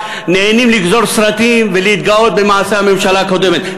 נהנים לגזור סרטים ולהתגאות במעשי הממשלה הקודמת.